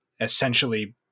essentially